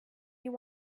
you